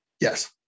Yes